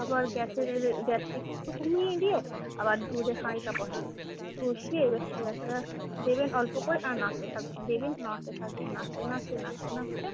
তারপর গ্যাসের গ্যাসটা একটু কমিয়ে দিয়ে আবার দুধের হাঁড়িটা বসাবেন বসিয়ে এবার সিরাটা দেবেন অল্প করে আর নাড়তে থাকবেন দেবেন নাড়তে থাকবেন নাড়তে নাড়তে নাড়তে নাড়তে